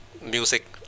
music